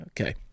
Okay